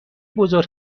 بزرگ